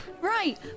right